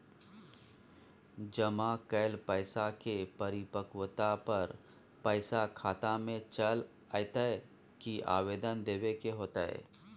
जमा कैल पैसा के परिपक्वता पर पैसा खाता में चल अयतै की आवेदन देबे के होतै?